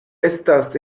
estas